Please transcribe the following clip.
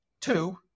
two